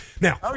Now